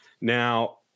now